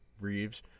Reeves